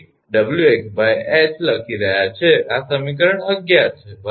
તેથી આપણે 𝑠 𝐻𝑊sinh𝑊𝑥𝐻 લખી રહ્યા છીએ આ સમીકરણ 11 છે બરાબર